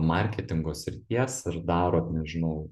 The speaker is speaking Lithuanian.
marketingo srities ir darot nežinau